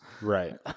Right